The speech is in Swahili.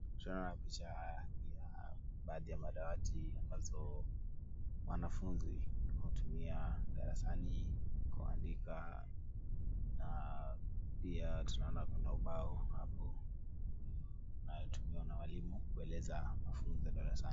Tunaona picha ya baadhi ya dawati ambazo wanafunzi wanatumia darasani kuandika na pia tunaona kuna ubao hapo inayotumiwa na walimu kueleza mafunzo darasani.